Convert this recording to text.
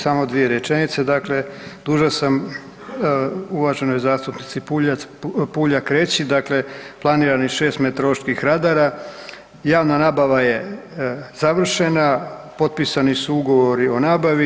Samo dvije rečenice, dakle dužan sam uvaženoj zastupnici Puljak reći, dakle planiranih 6 meteoroloških radara, javna nabava je završena, potpisani su ugovori o nabavi.